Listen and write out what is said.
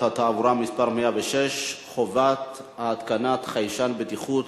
התעבורה (מס' 106) (חובת התקנת חיישן בטיחות),